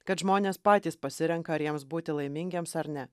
kad žmonės patys pasirenka ar jiems būti laimingiems ar ne